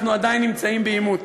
אנחנו עדיין נמצאים בעימות.